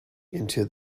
into